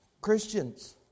Christians